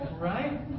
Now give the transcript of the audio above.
Right